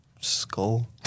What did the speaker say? skull